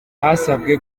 hasabwe